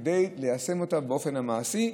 כדי ליישם אותן באופן מעשי,